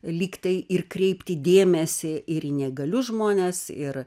lygtai ir kreipti dėmesį ir į neįgalius žmones ir